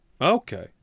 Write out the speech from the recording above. okay